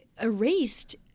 erased